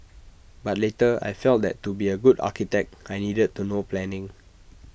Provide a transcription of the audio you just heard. but later I felt that to be A good architect I needed to know planning